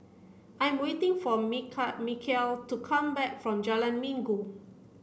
I am waiting for Michial to come back from Jalan Minggu